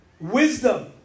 Wisdom